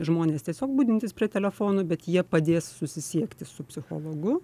žmonės tiesiog budintys prie telefonų bet jie padės susisiekti su psichologu